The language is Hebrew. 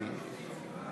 אדוני היושב-ראש,